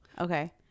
Okay